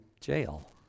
jail